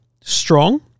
strong